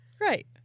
Right